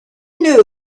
knew